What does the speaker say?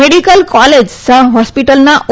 medical college સહ્ હોરેસ્પટલના ઓ